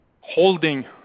holding